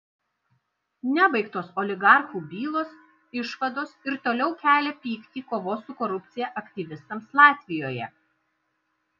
nebaigtos oligarchų bylos išvados ir toliau kelia pyktį kovos su korupcija aktyvistams latvijoje